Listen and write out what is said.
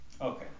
Okay